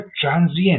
transient